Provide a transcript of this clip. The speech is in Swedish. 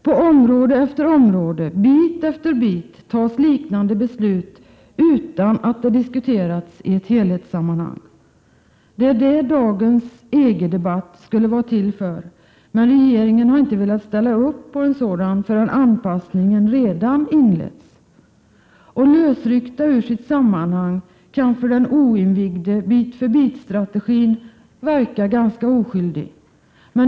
På område efter område och bit efter bit fattas liknande beslut utan att det diskuterats i ett helhetssammanhang. Det är det dagens EG-debatt skulle vara till för, men regeringen har inte velat ställa upp på en sådan förrän anpassningen redan inletts. Lösryckt ur sitt sammanhang kan för den oinvigde bit-för-bit-strategin verka ganska oskyldig.